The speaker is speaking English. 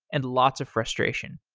and lots of frustration.